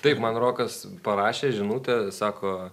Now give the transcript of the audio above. taip man rokas parašė žinutę sako